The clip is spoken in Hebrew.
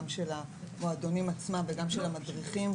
של המועדונים עצמם וגם של המדריכים,